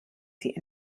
sie